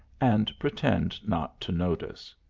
and pretend not to notice.